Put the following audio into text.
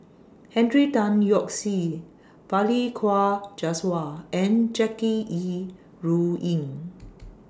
Henry Tan Yoke See Balli Kaur Jaswal and Jackie Yi Ru Ying